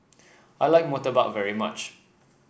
I like murtabak very much